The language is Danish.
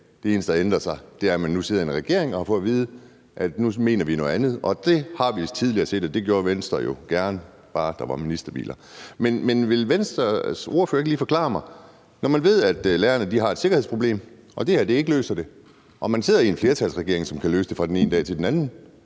Det eneste, der har ændret sig, er, at man nu sidder i en regering og har fået at vide: Nu mener vi noget andet. Og det har vi tidligere set at Venstre jo gerne gjorde, bare der var ministerbiler. Men vil Venstres ordfører ikke lige forklare mig noget. Når man ved, at lærerne har et sikkerhedsproblem, og at det her ikke løser det, og man sidder i en flertalsregering, som kan løse det fra den ene dag til den anden,